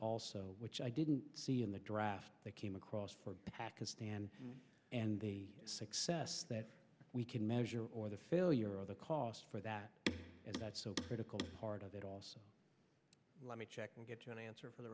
also which i didn't see in the draft that came across pakistan and the success that we can measure or the failure of the cost for that and that's so critical part of it also let me check and get to an answer for the